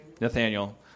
Nathaniel